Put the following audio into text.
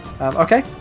okay